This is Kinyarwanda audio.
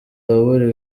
waburiwe